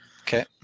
Okay